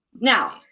Now